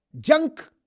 Junk